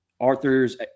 Arthur's